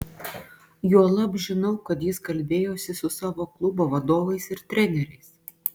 juolab žinau kad jis kalbėjosi su savo klubo vadovais ir treneriais